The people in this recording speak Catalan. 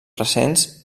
recents